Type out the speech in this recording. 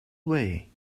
way